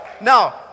Now